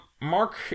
Mark